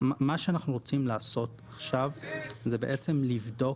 שאנחנו רוצים לעשות עכשיו זה בעצם לבדוק.